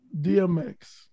DMX